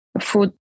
food